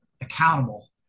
accountable